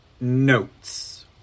notes